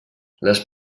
les